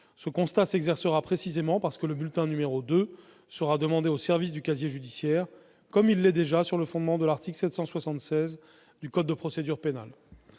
Le constat s'exercera précisément parce que le bulletin numéro 2 sera demandé au service du casier judiciaire, comme il l'est déjà sur le fondement de l'article 776 du code de procédure pénale.